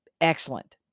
Excellent